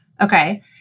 Okay